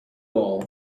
wall